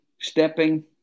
stepping